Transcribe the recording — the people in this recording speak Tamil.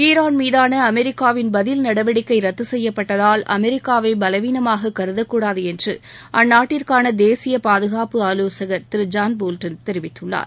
ஈரான் அமெரிக்காவின் பதில் நடவடிக்கை ரத்து செய்யப்பட்டதால் அமெரிக்காவை பலவீனமாக கருதக் கூடாது என்று அந்நாட்டிற்கான தேசிய பாதுனப்பு ஆலோசகள் திரு ஜான் போல்டன் தெரிவித்துள்ளார்